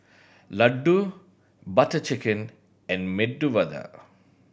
Ladoo Butter Chicken and Medu Vada